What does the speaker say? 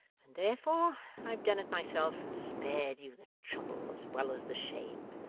and therefore i've done it myself, and spared you the trouble as well as the shame.